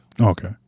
Okay